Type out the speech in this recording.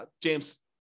James